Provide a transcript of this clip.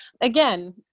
again